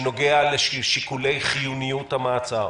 שנוגע לשיקולי חיוניות המעצר.